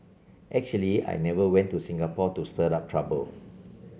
actually I never went to Singapore to stir up trouble